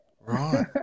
Right